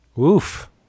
Oof